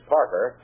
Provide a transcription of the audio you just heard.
Parker